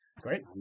Great